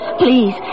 please